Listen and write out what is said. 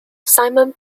simon